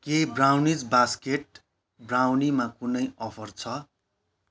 के brownies basket ब्राउनीमा कुनै अफर छ